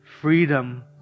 freedom